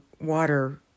water